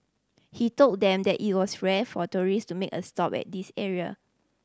he told them that it was rare for tourist to make a stop at this area